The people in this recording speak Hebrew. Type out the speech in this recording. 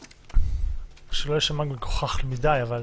שלא יישמע מגוחך מדי, אבל